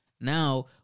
Now